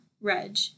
Reg